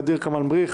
ע'דיר כמאל מריח',